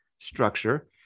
structure